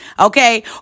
Okay